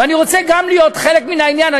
גם אני רוצה להיות חלק מן העניין.